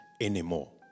anymore